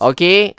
Okay